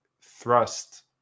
thrust